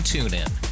TuneIn